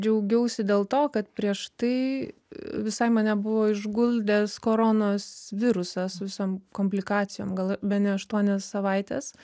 džiaugiausi dėl to kad prieš tai visai mane buvo išguldęs koronos virusas visom komplikacijom gal bene aštuonias savaites